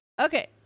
Okay